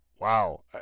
wow